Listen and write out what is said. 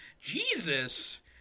Jesus